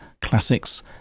classics